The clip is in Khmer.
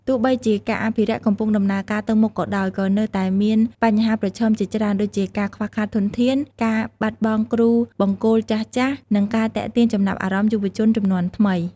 ទោះបីជាការអភិរក្សកំពុងដំណើរការទៅមុខក៏ដោយ ក៏នៅតែមានបញ្ហាប្រឈមជាច្រើន ដូចជាការខ្វះខាតធនធាន ការបាត់បង់គ្រូបង្គោលចាស់ៗ និងការទាក់ទាញចំណាប់អារម្មណ៍យុវជនជំនាន់ថ្មី។